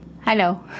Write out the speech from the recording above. Hello